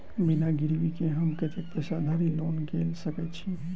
बिना गिरबी केँ हम कतेक पैसा धरि लोन गेल सकैत छी?